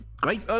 Great